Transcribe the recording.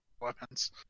weapons